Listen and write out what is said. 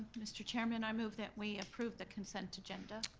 mr. chairman, i move that we approve the consent agenda.